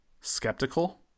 skeptical